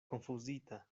konfuzita